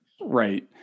Right